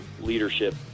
leadership